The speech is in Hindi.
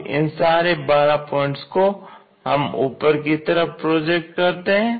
अब इन सारे 12 पॉइंट्स को हम ऊपर की तरफ प्रोजेक्ट करते हैं